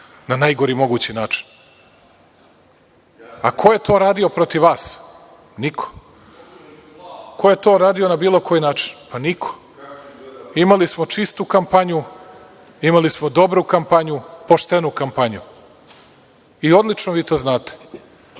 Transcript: na najgori mogući način. A ko je to radio protiv vas? Niko. Ko je to radio na bilo koji način? Pa niko. Imali smo čistu kampanju, imali smo dobru kampanju, poštenu kampanju. Odlično vi to znate.